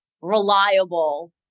reliable